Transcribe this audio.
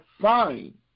Fine